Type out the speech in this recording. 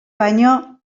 baino